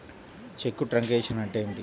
చెక్కు truncation అంటే ఏమిటి?